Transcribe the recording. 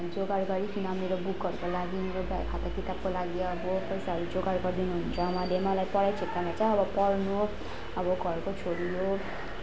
जोगाड गरिकिन मेरो बुकहरूको लागि मेरो खाता किताबको लागि अब पैसाहरू जोगाड गरिदिनु हुन्छ उहाँले मलाई पढाइ क्षेत्रमा चाहिँ अब पढ्नु अब घरको छोरी हो